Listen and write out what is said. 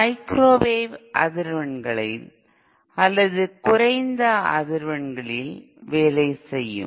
microwave அதிர்வெண்களில் அல்லது குறைந்த அதிர்வெண்களில் வேலை செய்யும்